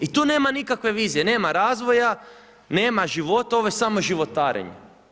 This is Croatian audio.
I tu nema nikakve vizije, nema razvoja, nema života, ovo je samo životarenje.